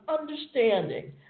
understanding